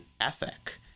ethic